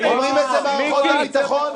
אומרים את זה מערכות הביטחון,